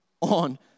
on